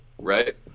right